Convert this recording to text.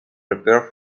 prepare